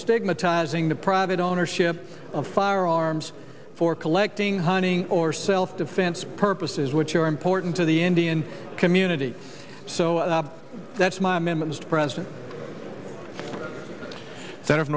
stigmatizing the private ownership of firearms for collecting hunting or self defense purposes which are important to the indian community so that's my men mr president that of